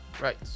right